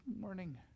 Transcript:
morning